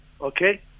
Okay